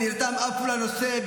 ונרתם אף הוא לנושא,